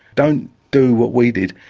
don't do what we did,